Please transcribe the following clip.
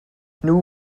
nhw